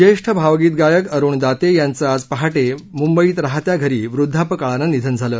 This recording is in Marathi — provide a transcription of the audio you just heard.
ज्येष्ठ भावगीत गायक अरुण दाते यांचं आज पहाटे मुंबईत राहत्या घरी वृद्धापकाळानं निधन झालं